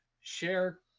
share